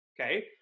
okay